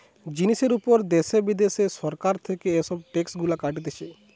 জিনিসের উপর দ্যাশে বিদ্যাশে সরকার থেকে এসব ট্যাক্স গুলা কাটতিছে